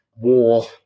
war